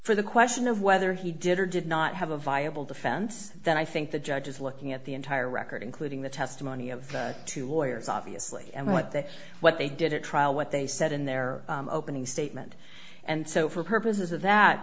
for the question of whether he did or did not have a viable defense then i think the judge is looking at the entire record including the testimony of two lawyers obviously and what they what they did at trial what they said in their opening statement and so for purposes of that